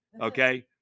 okay